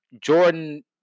Jordan